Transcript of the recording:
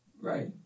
Right